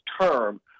term